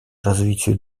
развитию